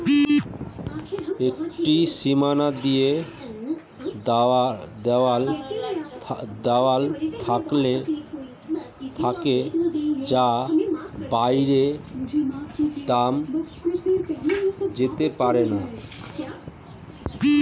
একটি সীমা দিয়ে দেওয়া থাকে যার বাইরে দাম যেতে পারেনা